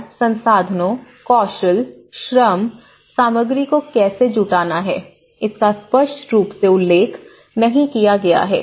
और संसाधनों कौशल श्रम सामग्री को कैसे जुटाना है इसका स्पष्ट रूप से उल्लेख नहीं किया गया है